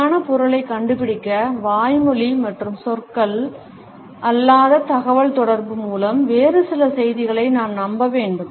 சரியான பொருளைக் கண்டுபிடிக்க வாய்மொழி மற்றும் சொற்கள் அல்லாத தகவல்தொடர்பு மூலம் வேறு சில செய்திகளை நாம் நம்ப வேண்டும்